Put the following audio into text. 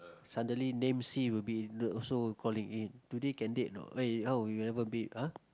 suddenly name C will be also calling eh today can date or not eh how you never date !huh!